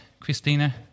Christina